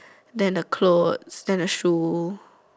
then the clothes then the shoe